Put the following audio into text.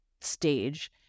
stage